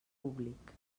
públic